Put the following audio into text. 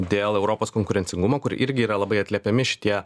dėl europos konkurencingumo kur irgi yra labai atliepiami šitie